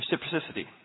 reciprocity